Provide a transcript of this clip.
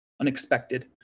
unexpected